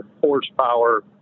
horsepower